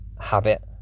habit